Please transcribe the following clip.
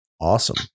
Awesome